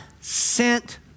sent